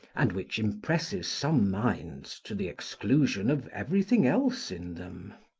and which impresses some minds to the exclusion of everything else in them.